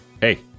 Hey